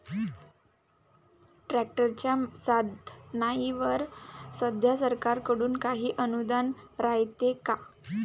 ट्रॅक्टरच्या साधनाईवर सध्या सरकार कडून काही अनुदान रायते का?